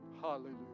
Hallelujah